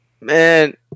man